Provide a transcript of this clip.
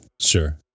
sure